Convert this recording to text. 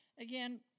Again